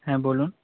হ্যাঁ বলুন